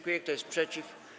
Kto jest przeciw?